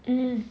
mm